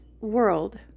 World